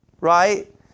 Right